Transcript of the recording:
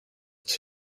its